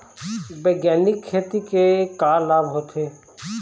बैग्यानिक खेती के का लाभ होथे?